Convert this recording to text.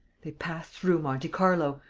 they passed through monte carlo.